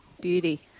Beauty